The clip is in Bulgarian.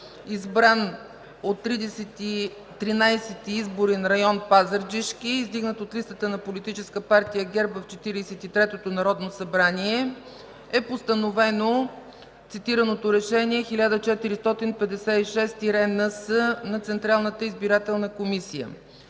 избран от 13 изборен район – Пазарджишки, издигнат от листата на Политическа партия ГЕРБ в Четиридесет и третото народно събрание, е постановено цитираното Решение № 1456-НС на Централната избирателна комисия.